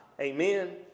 Amen